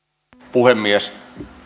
puhemies